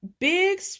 big